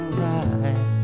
right